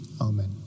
Amen